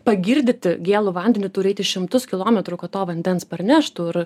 pagirdyti gėlu vandeniu turi eiti šimtus kilometrų kad to vandens parneštų ir